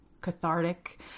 cathartic